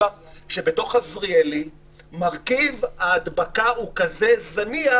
לך שבתוך עזריאלי מרכיב ההדבקה הוא כזה זניח